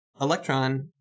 electron